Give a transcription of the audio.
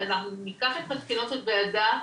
אנחנו ניקח את מסקנות הוועדה,